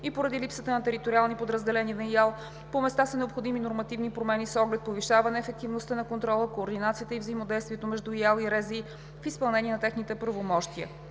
и поради липсата на териториални подразделения на ИАЛ по места са необходими нормативни промени с оглед повишаване ефективността на контрола, координацията и взаимодействието между ИАЛ и РЗИ в изпълнение на техните правомощия.